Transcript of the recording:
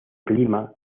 clima